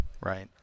Right